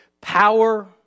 power